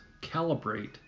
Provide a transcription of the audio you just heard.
calibrate